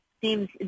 seems